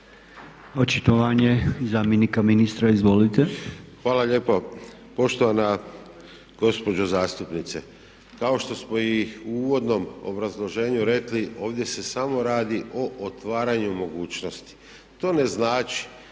Očitovanje zamjenika ministra, izvolite.